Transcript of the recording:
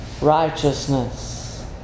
righteousness